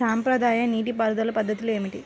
సాంప్రదాయ నీటి పారుదల పద్ధతులు ఏమిటి?